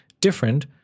different